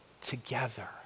together